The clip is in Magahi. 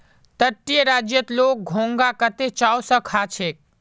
तटीय राज्यत लोग घोंघा कत्ते चाव स खा छेक